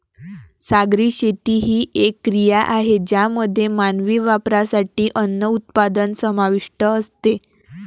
सागरी शेती ही एक क्रिया आहे ज्यामध्ये मानवी वापरासाठी अन्न उत्पादन समाविष्ट असते